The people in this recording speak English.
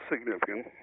significant